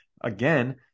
again